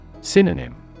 Synonym